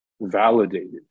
validated